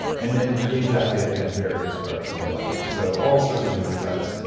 and then re-injected at various parts of the body, so all sorts of injury sites.